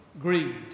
greed